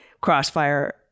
crossfire